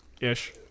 Ish